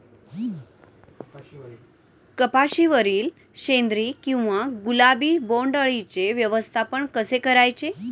कपाशिवरील शेंदरी किंवा गुलाबी बोंडअळीचे व्यवस्थापन कसे करायचे?